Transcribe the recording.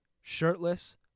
shirtless